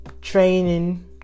training